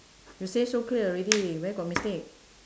you say so clear already where got mistake